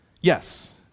Yes